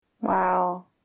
Wow